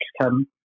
come